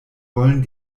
wollen